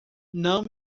não